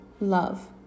love